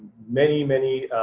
many, many